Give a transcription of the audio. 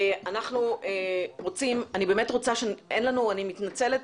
אני מתנצלת,